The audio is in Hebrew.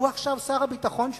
הוא עכשיו שר הביטחון שלי,